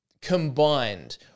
combined